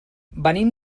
venim